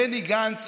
בני גנץ,